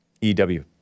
E-W